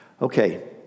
Okay